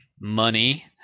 money